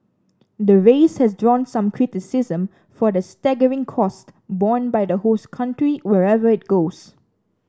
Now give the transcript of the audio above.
the race has drawn some criticism for the staggering cost borne by the host country wherever it goes